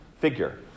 figure